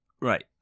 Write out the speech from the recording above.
Right